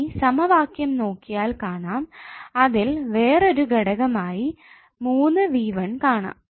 ഇനി സമവാക്യം നോക്കിയാൽ കാണാം അതിൽ വേറൊരു ഘടകമായി കാണാം